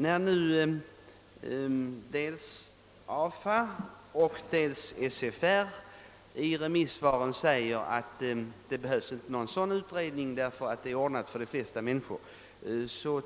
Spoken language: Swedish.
När nu dels AFA och dels Svenska försäkringsbolags riksförbund i remisssvaren anför att det inte behövs någon sådan utredning, därför att detta är ordnat för de flesta människor, kan